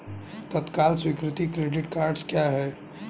तत्काल स्वीकृति credit cards क्या हैं?